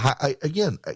Again